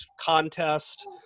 contest